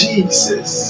Jesus